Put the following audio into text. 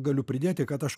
galiu pridėti kad aš